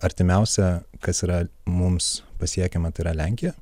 artimiausia kas yra mums pasiekiama tai yra lenkija